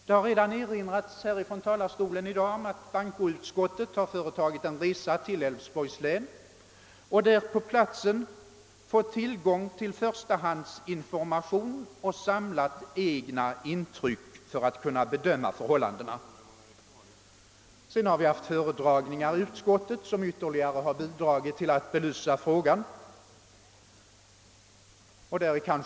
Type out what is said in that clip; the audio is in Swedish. Från talarstolen har redan erinrats om att bankoutskottet företagit en resa till Älvsborgs län och på platsen fått tillgång till förstahandsinformation och samlat egna intryck för att kunna bedöma förhållandena. Sedan har vi haft föredragningar i utskottet som ytterligare bidragit till att belysa frågan.